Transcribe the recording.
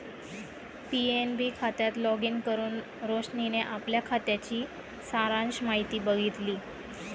PNB खात्यात login करुन रोशनीने आपल्या खात्याची सारांश माहिती बघितली